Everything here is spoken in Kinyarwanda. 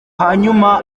hanyuma